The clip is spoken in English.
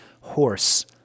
horse